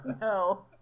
No